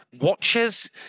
watches